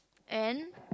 and